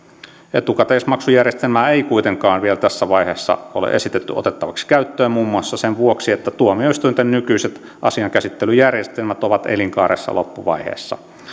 etukäteismaksujärjestelmää ei kuitenkaan vielä tässä vaiheessa ole esitetty otettavaksi käyttöön muun muassa sen vuoksi että tuomioistuinten nykyiset asiankäsittelyjärjestelmät ovat elinkaarensa loppuvaiheessa